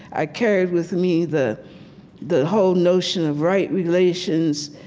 i carried with me the the whole notion of right relations.